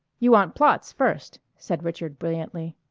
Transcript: you want plots first, said richard brilliantly.